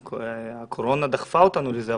שהקורונה דחפה אותנו לזה,